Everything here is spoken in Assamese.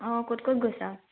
অঁ ক'ত ক'ত গৈছা